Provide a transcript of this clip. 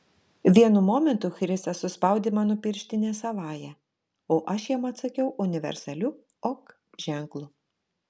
vienu momentu chrisas suspaudė mano pirštinę savąja o aš jam atsakiau universaliu ok ženklu